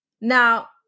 Now